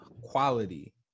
quality